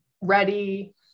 ready